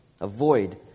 Avoid